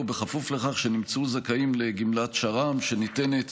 בכפוף לכך שנמצאו זכאים לגמלת שר"מ שניתנת